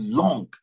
long